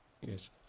Yes